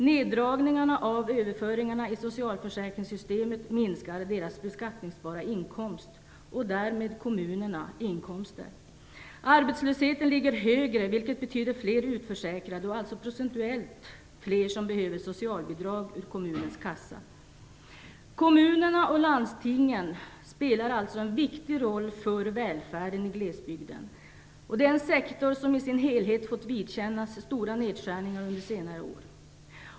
Neddragningarna av överföringarna i socialförsäkringssystemet minskar deras beskattningsbara inkomst och därmed kommunernas inkomster. Arbetslösheten ligger högre, vilket betyder fler utförsäkrade och alltså procentuellt fler som behöver socialbidrag ur kommunens kassa. Kommunerna och landstingen spelar alltså en viktig roll för välfärden i glesbygden, och det är en sektor som i sin helhet har fått vidkännas stora nedskärningar under senare år.